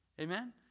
Amen